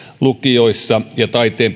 lukioissa ja taiteen